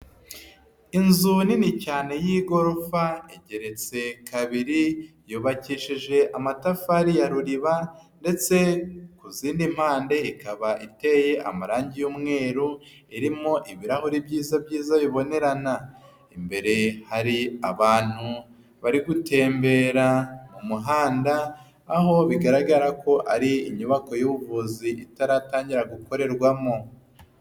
Inzu nini cyane y'igorofa igeretse kabiri, yubakishije amatafari ya ruriba ndetse ku zindi mpande ikaba iteye amarangi y'umweru, irimo ibirahuri byiza byiza bibonerana. Imbere hari abantu bari gutembera mu muhanda, aho bigaragara ko ari inyubako y'ubuvuzi itaratangira gukorerwamo.